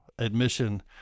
Admission